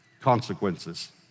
consequences